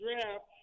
draft